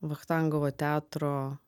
vachtangovo teatro